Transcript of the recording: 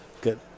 Good